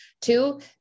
two